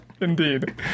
indeed